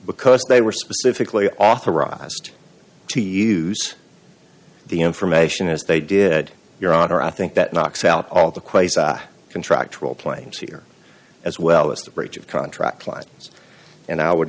because they were specifically authorized to use the information as they did your honor i think that knocks out all of the quasar contractual planes here as well as the breach of contract lines and i would